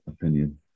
opinion